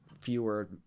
fewer